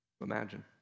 Imagine